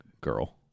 girl